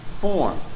form